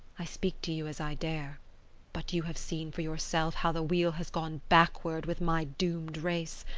i speak to you as i dare but you have seen for yourself how the wheel has gone backward with my doomed race.